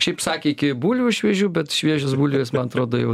šiaip sakė iki bulvių šviežių bet šviežios bulvės man atrodo jau